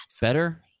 better